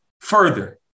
Further